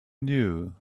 knew